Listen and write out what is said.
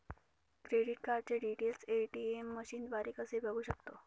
Credit कार्डचे details ATM मशीनद्वारे कसे बघू शकतो?